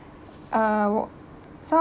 uh wh~ some